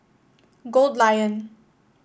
Goldlion